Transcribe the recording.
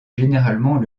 généralement